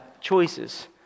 choices